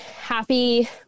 happy